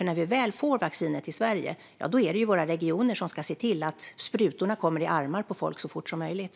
När vi väl får vaccinet till Sverige är det våra regioner som ska se till att sprutorna kommer i armarna på folk så fort som möjligt.